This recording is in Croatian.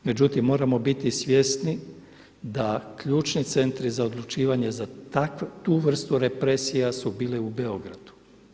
Međutim, moramo biti svjesni da ključni centri za odlučivanje za tu vrstu represija su bili u Beogradu.